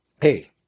Hey